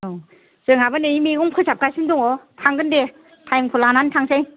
औ जोंहाबो नै मैगं फोसाबगासिनो दङ थांगोन दे टाइम खौ लानानै थांनोसै